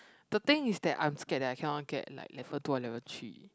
the thing is that I'm scared that I cannot get like level two or level three